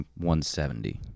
170